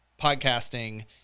podcasting